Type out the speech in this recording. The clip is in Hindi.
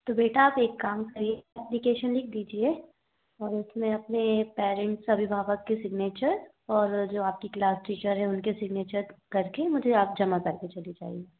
तो बेटा आप एक काम करिए अप्लीकेशन लिख दीजिए और उसमें अपने पेरेंट्स अभिभावक के सिग्नेचर और जो आपकी क्लास टीचर है उनके सिग्नेचर कर के मुझे आप जमा कर दीजिए रिजाइन